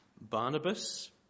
Barnabas